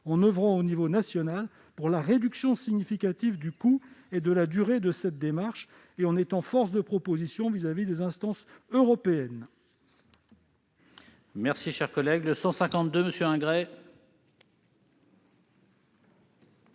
en oeuvrant à l'échelon national pour la réduction significative du coût et de la durée de cette démarche et en étant force de proposition à l'égard des instances européennes.